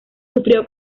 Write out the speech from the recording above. sufrió